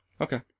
Okay